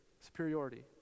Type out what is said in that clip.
superiority